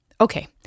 Okay